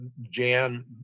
Jan